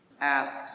asks